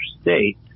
state